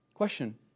Question